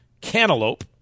cantaloupe